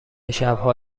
شبها